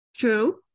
True